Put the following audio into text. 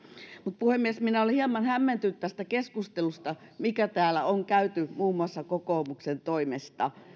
mutta puhemies olen hieman hämmentynyt tästä keskustelusta mitä täällä on käyty muun muassa kokoomuksen toimesta